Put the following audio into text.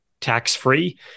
tax-free